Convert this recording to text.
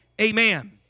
amen